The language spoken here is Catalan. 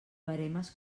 veremes